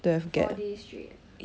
four days straight